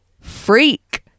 freak